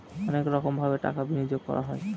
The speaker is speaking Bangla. অনেক রকমভাবে টাকা বিনিয়োগ করা হয়